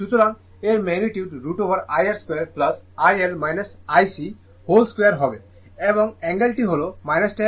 সুতরাং এর magnitude √ IR2 IL IC whole 2 হবে এবং অ্যাঙ্গেল টি হল tan ইনভার্স IL ICR